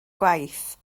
gwaith